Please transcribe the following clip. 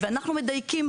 אנחנו מדייקים,